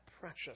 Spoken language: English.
precious